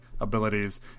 abilities